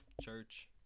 church